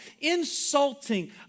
Insulting